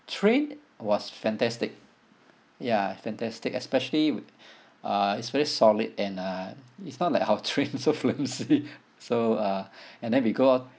train was fantastic ya fantastic especially wi~ uh it's very solid and uh it's not like our train so flimsy so uh and then we go